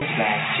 back